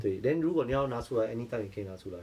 对 then 如果你要拿出来 anytime 你可以拿出来